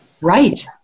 Right